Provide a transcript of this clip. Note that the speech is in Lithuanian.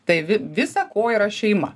tai vi visa ko yra šeima